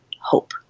hope